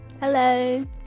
Hello